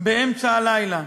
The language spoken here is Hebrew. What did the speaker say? באמצע הלילה,